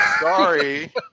Sorry